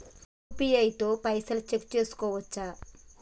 UPI తో పైసల్ check చేసుకోవచ్చా?